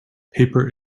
paper